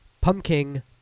pumpkin